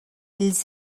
ils